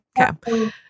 Okay